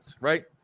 right